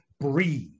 breathe